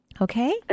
okay